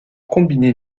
combiné